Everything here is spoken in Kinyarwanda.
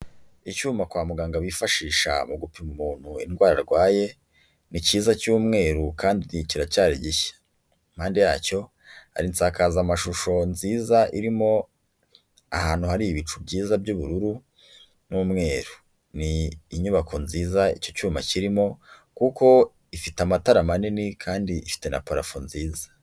Icyuma kwa muganga bifashisha mu gupima umuntu indwara arwaye, ni cyiza cy'umweru kandi kiracyari gishya, impande yacyo hari insakazamashusho nziza irimo ahantu hari ibicu byiza by'ubururu n'umweru, ni inyubako nziza icyo cyuma kirimo kuko ifite amatara manini kandi ifite na parafo nziza.